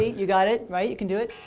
you got it, right? you can do it.